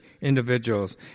individuals